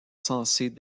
censés